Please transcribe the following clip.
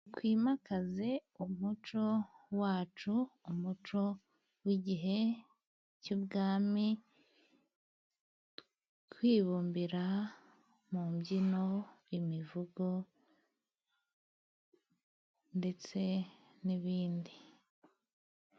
Twimakaze umuco wacu, umuco w'igihe cy'ubwami, twibumbira mu mbyino, imivugo, ndetse n’ibindi.